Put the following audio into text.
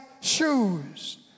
shoes